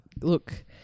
look